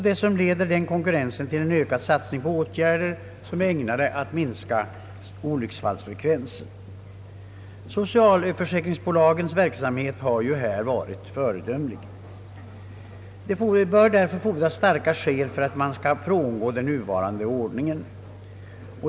Dessutom leder denna konkurrens till en ökad satsning på åtgärder som är ägnade att minska olycksfallsfrekvensen. Socialförsäkringsbolagens verksamhet har varit föredömlig. Det bör därför fordras starka skäl för att frångå den nuvarande ordningen.